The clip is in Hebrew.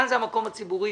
כאן זה המקום הציבורי